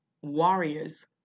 warriors